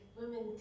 women